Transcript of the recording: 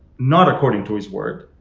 not according to his word.